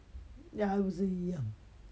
ya 不是一样